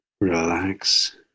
relax